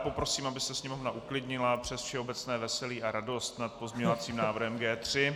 Poprosím, aby se Sněmovna uklidnila přes všeobecné veselí a radost nad pozměňovacím návrhem G3.